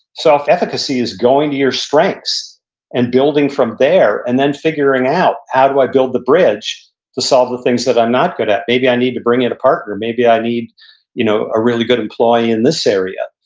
self-efficacy is going to your strengths and building from there, and then figuring out, how do i build the bridge to solve the things that i'm not good at? maybe i need to bring in a partner. maybe i need you know a really good employee in this area.